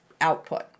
output